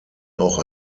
auch